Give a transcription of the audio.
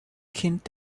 kind